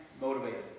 motivated